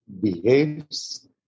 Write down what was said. behaves